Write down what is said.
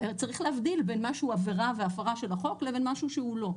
צריך להבדיל בין מה שהוא עבירה והפרה של החוק לבין משהו שהוא לא.